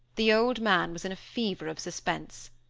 the old man was in a fever of suspense.